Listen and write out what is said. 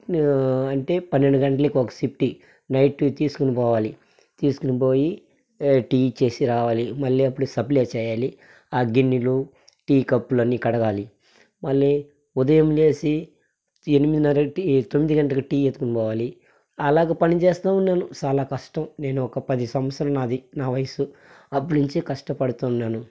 అంటే పన్నెండు గంటలకి ఒక షిఫ్ట్ టీ నైట్ తీసుకొని పోవాలి తీసుకుని పోయి టీ ఇచ్చేసి రావాలి మళ్ళీ అప్పుడు సప్లై చేయాలి ఆ గిన్నెలు టీ కప్పులు అన్ని కడగాలి మళ్ళీ ఉదయం లేసి ఎనిమిదినర తొమ్మిది గంటలకు టీ ఎత్తుకొని పోవాలి అలాగా పనిచేస్తూ నేను సాలా కాలం నేను ఒక పది సంవత్సరాలు నాది నా వయసు అప్పుడు నుంచి కష్టపడుతున్నాను